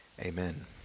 amen